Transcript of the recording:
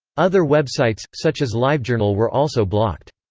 other websites, such as livejournal were also blocked.